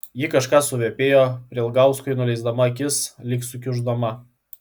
ji kažką suvapėjo prielgauskui nuleisdama akis lyg sukiuždama